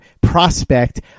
prospect